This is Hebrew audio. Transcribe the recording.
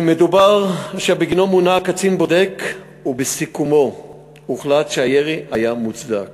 מדובר באירוע שבגינו מונה קצין בודק ובסיכומו הוחלט שהירי היה מוצדק.